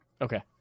Okay